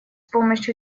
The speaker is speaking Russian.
помощью